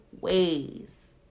ways